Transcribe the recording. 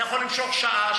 אתה יכול למשוך שעה,